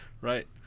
right